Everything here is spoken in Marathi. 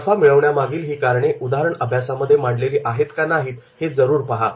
नफा मिळवण्या मागील ही कारणे उदाहरण अभ्यासामध्ये मांडलेली आहेत का नाहीत हे पहा